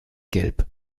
gelb